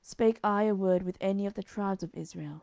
spake i a word with any of the tribes of israel,